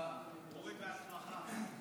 אורי, בהצלחה.